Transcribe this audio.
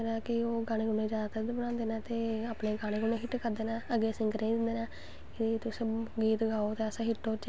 अज्ज कल मतलव कोई बी चीज़ लैओ रड़ी मेड़ गै लैह्गे तां बी तुसें थोह्ड़ा बौह्ता कपड़ा करवानां गै पौंदा ऐ